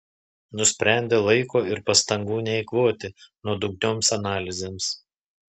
nusprendė laiko ir pastangų neeikvoti nuodugnioms analizėms